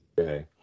Okay